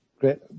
Great